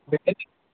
ಜೊತೆಗೆ